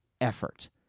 effort